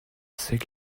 sec